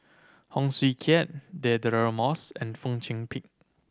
Heng Swee Keat Deirdre Moss and Fong Chong Pik